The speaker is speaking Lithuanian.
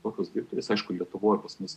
tokios dirbtuvės aišku lietuvoj pas mus